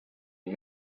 and